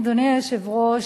אדוני היושב-ראש,